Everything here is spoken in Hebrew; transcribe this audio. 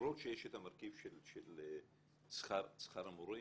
למרות שיש את המרכיב של שכר המורים,